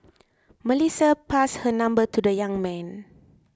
Melissa passed her number to the young man